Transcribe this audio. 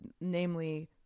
namely